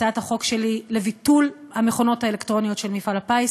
הצעת החוק שלי לביטול המכונות האלקטרוניות של מפעל הפיס.